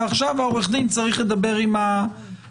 ועכשיו עורך הדין צריך לדבר עם האסיר.